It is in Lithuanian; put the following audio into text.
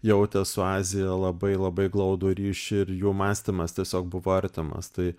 jautė su azija labai labai glaudų ryšį ir jų mąstymas tiesiog buvo artimas tai